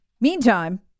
Meantime